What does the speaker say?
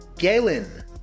Galen